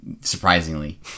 surprisingly